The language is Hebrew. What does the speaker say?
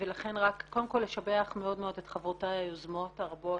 קודם כל לשבח את חברותיי היוזמות הרבות,